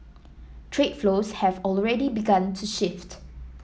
trade flows have already begun to shift